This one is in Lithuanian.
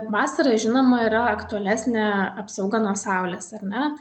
vasarą žinoma yra aktualesnė apsauga nuo saulės ar ne